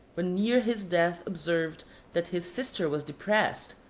when near his death observed that his sister was depressed,